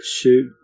shoot